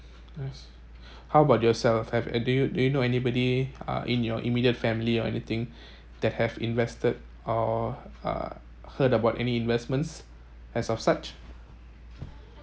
yes how about yourself have do you do you know anybody uh in your immediate family or anything that have invested or uh heard about any investments as of such